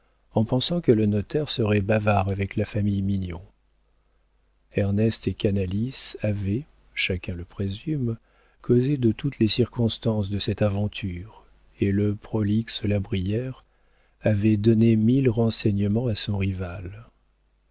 en pensant que le notaire serait bavard avec la famille mignon ernest et canalis avaient chacun je présume causé de toutes les circonstances de cette aventure et le prolixe la brière avait donné mille renseignements à son rival